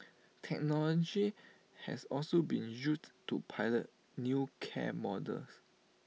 technology has also been used to pilot new care models